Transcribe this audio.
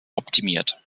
optimiert